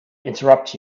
interrupt